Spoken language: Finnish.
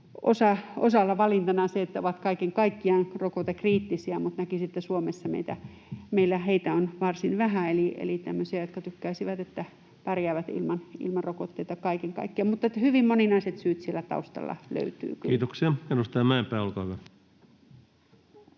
osalla valintana se, että ovat kaiken kaikkiaan rokotekriittisiä, mutta näkisin, että meillä Suomessa heitä on varsin vähän, eli tämmöisiä, jotka tykkäisivät, että pärjäävät ilman rokotteita kaiken kaikkiaan. Mutta hyvin moninaiset syyt siellä taustalla löytyvät kyllä. [Speech 222] Speaker: